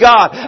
God